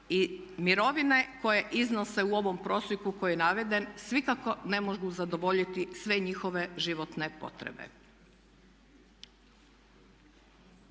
i mirovine koje iznose u ovom prosjeku koji je naveden sigurno ne mogu zadovoljiti sve njihove životne potrebe.